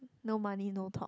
no money no talk